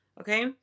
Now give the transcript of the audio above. Okay